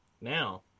now